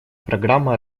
программа